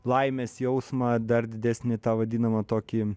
laimės jausmą dar didesnį tą vadinamą tokį